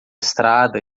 estrada